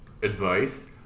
advice